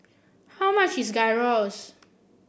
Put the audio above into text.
how much is Gyros